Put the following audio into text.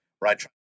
Right